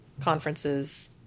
conferences